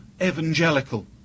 evangelical